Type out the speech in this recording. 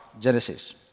Genesis